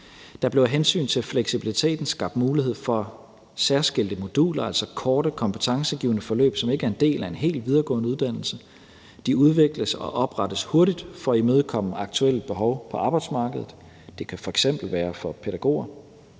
Der blev af hensyn til fleksibiliteten skabt mulighed for særskilte moduler, altså korte kompetencegivende forløb, som ikke er en del af en hel videregående uddannelse. De udvikles og oprettes hurtigt for at imødekomme aktuelle behov på arbejdsmarkedet – det kan f.eks. være for pædagoger.